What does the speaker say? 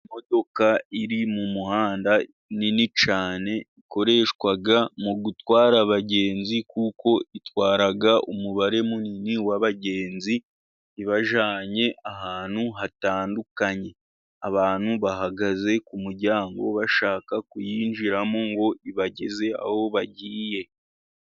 Imodoka iri mu muhanda nini cyane, ikoreshwa mu gutwara abagenzi, kuko itwara umubare munini w'abagenzi ibajyanye ahantu hatandukanye, abantu bahagaze ku umuryango bashaka kuyinjiramo ngo ibageze aho bagiye.